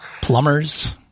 Plumbers